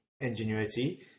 ingenuity